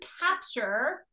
capture